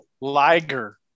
liger